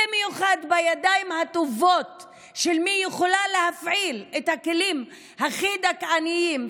במיוחד בידיים הטובות של מי שיכולה להפעיל את הכלים הכי דכאניים,